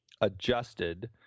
adjusted